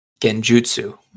Genjutsu